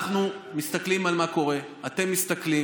אנחנו מסתכלים על מה שקורה, אתם מסתכלים.